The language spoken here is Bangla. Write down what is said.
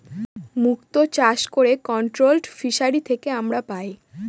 মুক্ত চাষ করে কন্ট্রোলড ফিসারী থেকে আমরা পাই